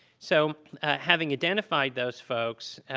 so having identified those folks,